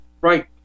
Right